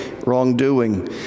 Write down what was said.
wrongdoing